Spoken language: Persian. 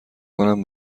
کنم